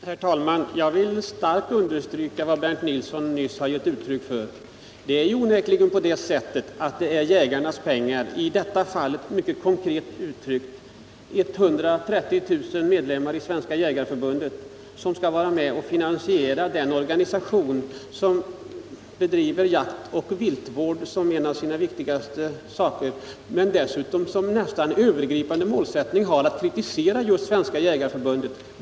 Herr talman! Jag vill starkt understryka det Bernt Nilsson nyss gav uttryck för. Det är onekligen på det sättet att det är jägarna — i detta fall mycket konkret uttryckt 130 000 medlemmar i Svenska jägareförbundet — som med sina pengar skall vara med och finansiera den organisation som har jaktoch viltvård som en av sina viktigaste uppgifter men som dessutom har som nästan övergripande målsättning att kritisera just Svenska jägareförbundet.